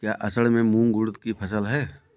क्या असड़ में मूंग उर्द कि फसल है?